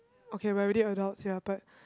okay we're already adults ya but